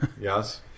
Yes